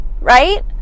right